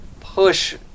push